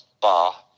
bar